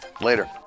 Later